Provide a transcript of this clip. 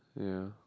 ya